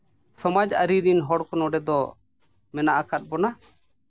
ᱥᱚᱢᱟᱡᱽ ᱟᱹᱨᱤ ᱨᱮᱱ ᱦᱚᱲ ᱠᱚ ᱱᱚᱰᱮ ᱫᱚ ᱢᱮᱱᱟᱜ ᱟᱠᱟᱫ ᱵᱚᱱᱟ